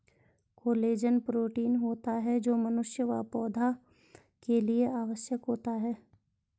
collagen protein होता है जो मनुष्य व पौधा के लिए आवश्यक होता है